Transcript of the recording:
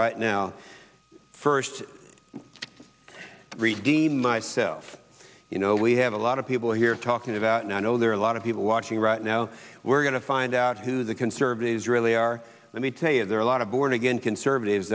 right now first read the myself you know we have a lot of people here talking about and i know there are a lot of people watching right now we're going to find out who the conservatives really are let me tell you there are a lot of born again conservatives